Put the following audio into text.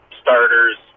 starters